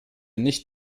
nicht